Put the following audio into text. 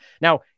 Now